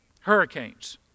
Hurricanes